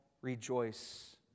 rejoice